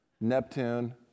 Neptune